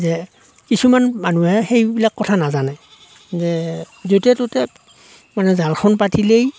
যে কিছুমান মানুহে সেইবিলাক কথা নাজানে যে য'তে ত'তে মানে জালখন পাতিলেই